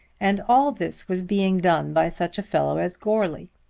and all this was being done by such a fellow as goarly!